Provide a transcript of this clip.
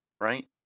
right